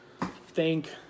Thank